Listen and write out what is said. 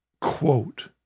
quote